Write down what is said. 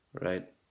Right